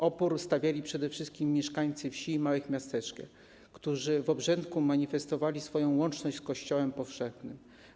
Opór stawiali przede wszystkim mieszkańcy wsi i małych miasteczek, którzy obrzędem manifestowali swoją łączność z Kościołem powszechnym.